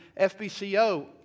FBCO